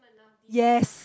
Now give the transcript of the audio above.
yes